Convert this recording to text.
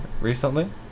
recently